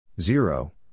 Zero